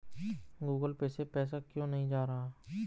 Google Pay से पैसा क्यों नहीं जा रहा है?